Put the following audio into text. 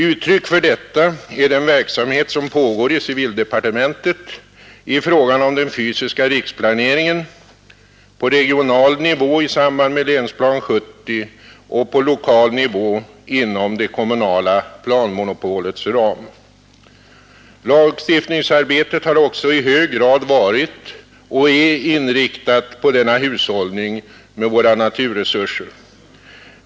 Uttryck för detta är den verksamhet som pågår i civildepartementet i fråga om den fysiska riksplaneringen på regional nivå i samband med Länsplan 70 och på lokal nivå inom det kommunala planmonopolets ram. Lagstiftningsarbetet har också i hög grad varit och är inriktat på denna hushållning med våra naturreserver.